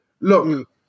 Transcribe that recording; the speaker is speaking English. look